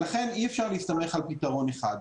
לכן אי אפשר להסתמך רק על פתרון אחד.